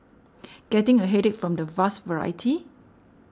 getting a headache from the vast variety